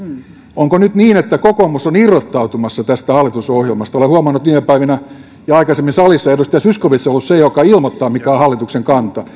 onko nyt niin että kokoomus on irrottautumassa hallitusohjelmasta olen huomannut viime päivinä ja aikaisemmin salissa että edustaja zyskowicz on ollut se joka ilmoittaa mikä on hallituksen kanta